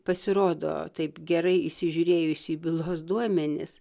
pasirodo taip gerai įsižiūrėjus į bylos duomenis